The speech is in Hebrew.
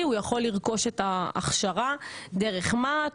הוא יכול לרכוש את ההכשרה דרך מה"ט,